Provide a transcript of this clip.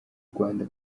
rwanda